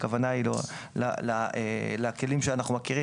הכוונה היא לכלים שאנחנו מכירים,